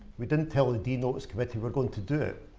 we didn't tell it d-notice committee we're going to do it.